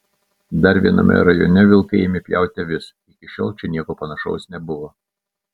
dar viename rajone vilkai ėmė pjauti avis iki šiol čia nieko panašaus nebuvo